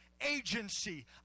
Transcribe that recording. Agency